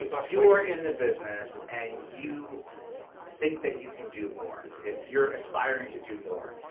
you are in the business and you think that you can do more, if you're aspiring to do more,